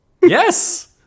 Yes